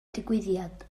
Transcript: digwyddiad